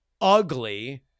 Ugly